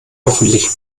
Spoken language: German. hoffentlich